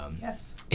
Yes